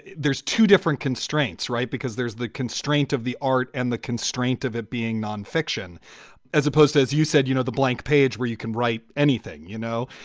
there's two different constraints, right? because there's the constraint of the art and the constraint of it being nonfiction as opposed to, as you said, you know, the blank page where you can write anything. you know,